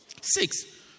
six